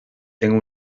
tengo